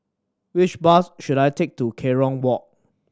which bus should I take to Kerong Walk